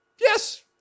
Yes